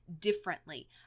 differently